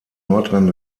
nordrhein